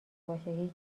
باشه